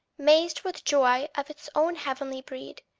mazed with joy of its own heavenly breed,